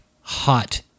hot